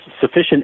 sufficient